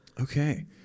Okay